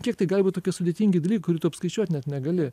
kiek tai gali būti tokie sudėtingi dalykai kur apskaičiuot net negali